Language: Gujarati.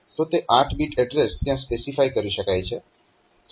તો તે 8 બીટ એડ્રેસ ત્યાં સ્પેસિફાય કરી શકાય છે